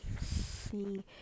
see